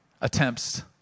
attempts